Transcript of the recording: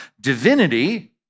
Divinity